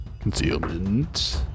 Concealment